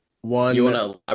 one